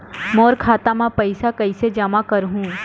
मोर खाता म पईसा कइसे जमा करहु?